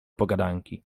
pogadanki